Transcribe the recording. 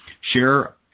share